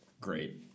great